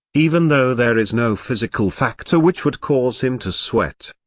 even though there is no physical factor which would cause him to sweat.